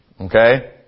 Okay